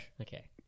Okay